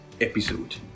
episode